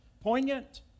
poignant